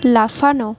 লাফানো